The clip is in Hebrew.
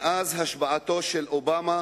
מאז השבעתו של אובמה